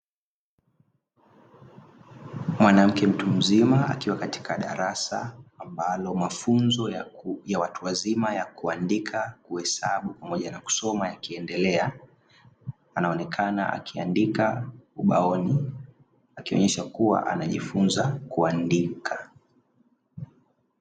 Mwanamke mtu mzima akiwa katika darasa ambalo mafunzo ya watu wazima ya kuandika kuhesabu pamoja na kusoma yakiendelea, anaonekana akiandika ubaoni akionyesha kuwa anajifunza kuandika.